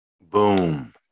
Boom